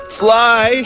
fly